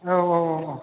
औ औ औ औ